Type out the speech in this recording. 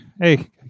Hey